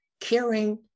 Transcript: caring